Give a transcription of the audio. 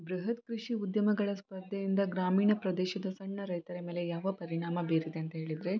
ಬೃಹತ್ ಕೃಷಿ ಉದ್ಯಮಗಳ ಸ್ಪರ್ಧೆಯಿಂದ ಗ್ರಾಮೀಣ ಪ್ರದೇಶದ ಸಣ್ಣ ರೈತರ ಮೇಲೆ ಯಾವ ಪರಿಣಾಮ ಬೀರಿದೆ ಅಂತ ಹೇಳಿದರೆ